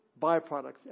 byproducts